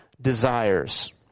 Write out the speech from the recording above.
desires